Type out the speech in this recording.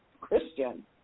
Christian